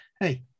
hey